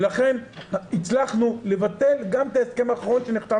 ולכן הצלחנו לבטל גם את ההסכם האחרון שנחתם